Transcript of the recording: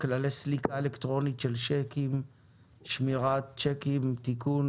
כללי סליקה אלקטרונית של שיקים (שמירת שיקים) (תיקון),